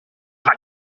crac